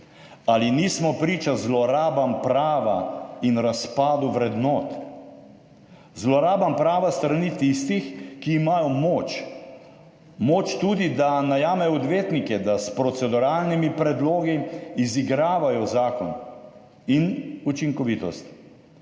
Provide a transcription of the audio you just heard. Ali nismo priča zlorabam prava in razpadu vrednot? Zlorabam prava s strani tistih, ki imajo moč - moč tudi, da najamejo odvetnike, da s proceduralnimi predlogi izigravajo zakon in učinkovitost.